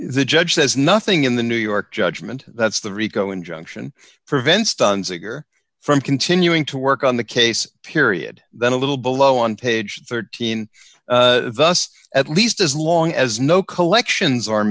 the judge says nothing in the new york judgment that's the rico injunction prevents tons a year from continuing to work on the case period then a little below on page thirteen thus at least as long as no collections are